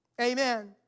Amen